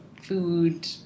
Food